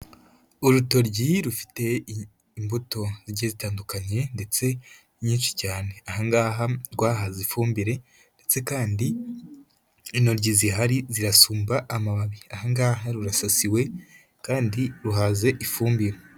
Urutoryi rufite imbuto zigiye zitandukanye ndetse nyinshi cyane, aha ngaha rwahaze ifumbire, ndetse kandi intoryi zihari zirasumba amababi, aha ngaha rurasasiwe kandi ruhaze ifumbire.